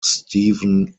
stephen